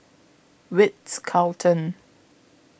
Ritz Carlton